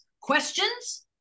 questions